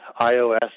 iOS